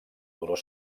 dolor